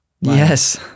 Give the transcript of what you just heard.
yes